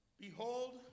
behold